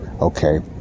Okay